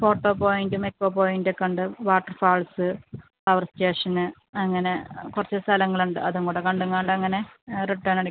photo പോയിൻറും echo point ഒക്കെ ഉണ്ട് വാട്ടർഫാൾസ് പവർ സ്റ്റേഷൻ അങ്ങനെ കുറച്ച് സ്ഥലങ്ങളുണ്ട് അതും കൂടെ കണ്ടും കൊണ്ടങ്ങനെ റിട്ടേൺ അടിക്കാം